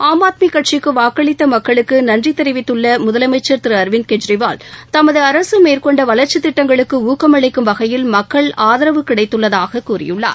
ஆம் ஆத்மி கட்சிக்கு வாக்களித்த மக்களுக்கு நன்றி தெரிவித்துள்ள முதலமைச்சர் திரு அரவிந்த் கெஜ்ரிவால் தமது அரசு மேற்கொண்ட வளர்ச்சித் திட்டங்களுக்கு ஊக்கம் அளிக்கும் வகையில் மக்கள் ஆதரவு கிடைத்துள்ளதாக கூறியுள்ளார்